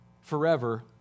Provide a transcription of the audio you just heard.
forever